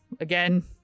Again